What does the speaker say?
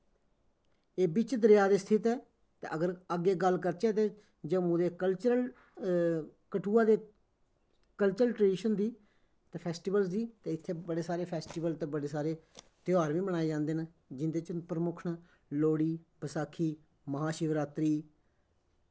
एह् बिच्च दरिया दे स्थित ऐ ते अगर अग्गें गल्ल करचै ते जम्मू दे कल्चरल कठुआ दे कल्चरल ट्राडिशन दी ते फैस्टिवल दी ते इत्थें बड़े सारे फैस्टिवल ते बड़े सारे ध्योहार बी बनाए जंदे न जिं'दे च प्रमुख न लोह्ड़ी बसाखी महा शिवरात्री